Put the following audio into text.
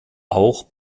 auch